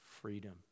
freedom